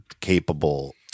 capable